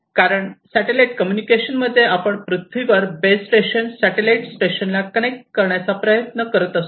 कारण satellite communication मध्ये आपण पृथ्वीवर बेस स्टेशन सॅटॅलाइट स्टेशनला कनेक्ट करण्याचा प्रयत्न करत असतो